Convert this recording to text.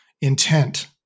intent